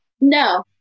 no